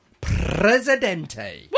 Presidente